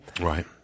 right